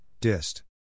dist